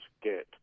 get